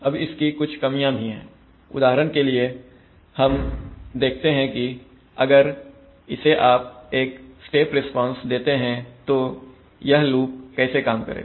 अब इसकी कुछ कमियाँ भी हैउदाहरण के लिए हम देखते है कि अगर इसे आप एक स्टेप रिस्पांस देते हैं तो यह लुप कैसे काम करेगा